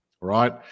right